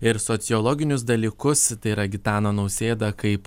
ir sociologinius dalykus tai yra gitaną nausėdą kaip